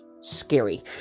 scary